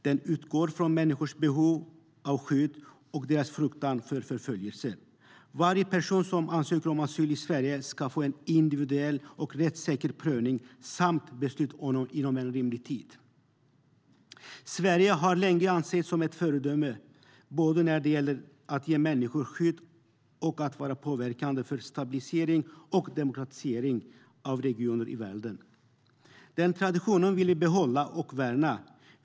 Den utgår från människors behov av skydd och deras fruktan för förföljelse. Varje person som ansöker om asyl i Sverige ska få en individuell och rättssäker prövning samt beslut inom rimlig tid. Sverige har länge ansetts som ett föredöme när det gäller både att ge människor skydd och att verka för stabilisering och demokratisering av regioner i världen. Den traditionen vill vi behålla och värna.